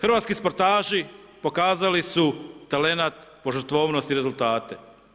Hrvatski sportaši pokazali su talent, požrtvovnost i rezultate.